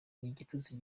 igitutsi